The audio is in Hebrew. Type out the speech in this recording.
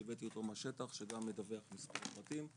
שהבאתי אותו מהשטח שגם ידווח מספר פרטים,